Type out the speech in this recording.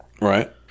Right